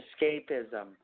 escapism